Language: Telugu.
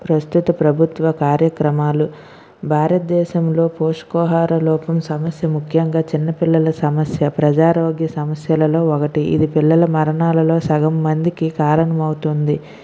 ప్రస్తుత ప్రభుత్వ కార్యక్రమాలు భారత దేశంలో పోషకోహార లోపం సమస్య ముఖ్యంగా చిన్నపిల్లల సమస్య ప్రజారోగ్య సమస్యలలో ఒకటి ఇది పిల్లల మరణాలలో సగం మందికి కారణం అవుతుంది